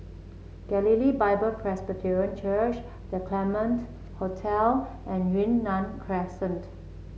Galilee Bible Presbyterian Church The Claremont Hotel and Yunnan Crescent